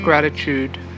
gratitude